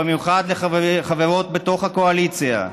במיוחד לחברות בתוך הקואליציה: